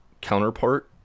counterpart